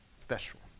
special